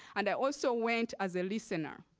and i also went as a listener.